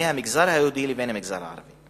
המגזר היהודי לציונים במגזר הערבי.